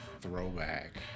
throwback